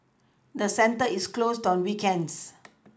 the centre is closed on weekends